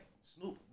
Snoop